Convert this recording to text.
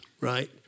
right